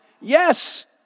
Yes